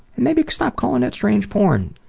maybe stop calling it strange porn,